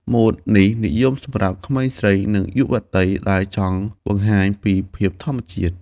ម៉ូតនេះនិយមសម្រាប់ក្មេងស្រី និងយុវតីដែលចង់បង្ហាញពីភាពធម្មជាតិ។